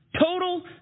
Total